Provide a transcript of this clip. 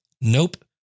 Nope